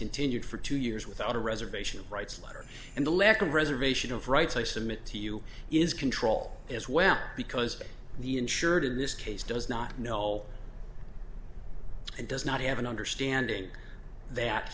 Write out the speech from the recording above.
continued for two years without a reservation rights letter and the lack of preservation of rights i submit to you is control as well because the insured in this case does not know and does not have an understanding that